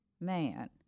man